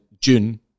June